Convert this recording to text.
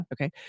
Okay